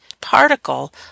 particle